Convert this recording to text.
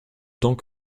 tant